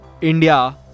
India